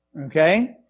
okay